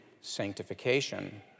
sanctification